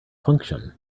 function